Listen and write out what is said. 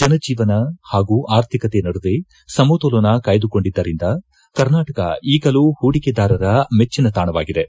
ಜನಜೀವನ ಹಾಗೂ ಆರ್ಥಿಕತೆ ನದುವೆ ಸಮತೋಲನ ಕಾಯ್ದುಕೊಂಡಿದ್ದರಿಂದ ಕರ್ನಾಟಕ ಈಗಲೂ ಹೂಡಿಕೆದಾರರ ಮೆಚ್ಚಿನ ತಾಣವಾಗಿದೆ